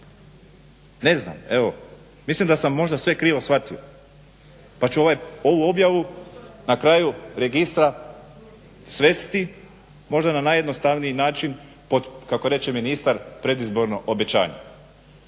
Ne znam, evo. Mislim da sam možda sve krivo shvatio, pa ću ovu objavu na kraju registra svesti možda na najjednostavniji način pod kako reče ministar predizborno obećanje.